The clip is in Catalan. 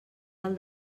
del